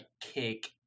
kick